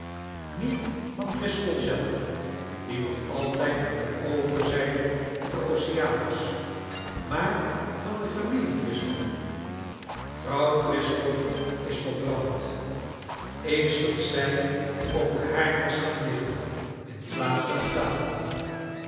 niet van driscoll zelf die nog altijd aan de overzijde van den oceaan is maar van de familie driscoll vrouw driscoll is verbrand eens dat zij op den haard was gaan liggen inplaats van op tafel